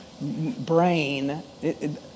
brain